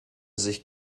sich